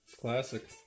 Classic